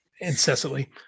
incessantly